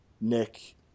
Nick